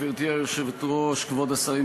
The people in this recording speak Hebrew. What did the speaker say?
כבוד השרים,